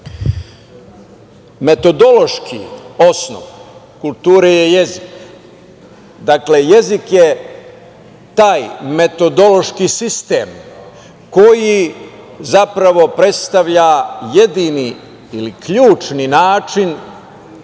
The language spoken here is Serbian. pojedinca. Metodološki osnov kulture je jezik. Dakle, jezik je taj metodološki sistem koji zapravo predstavlja jedini ili ključni način